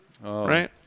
Right